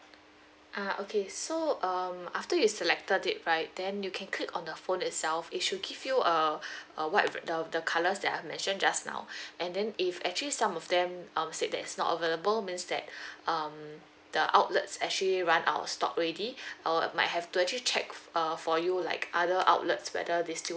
ah okay so um after you selected it right then you can click on the phone itself it should give you a uh white re~ the the colours that I've mentioned just now and then if actually some of them um said that it's not available means that um the outlet actually run out of stock already I'll might have to actually check for uh for you like other outlets whether they still